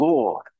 Lord